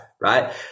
Right